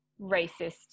racist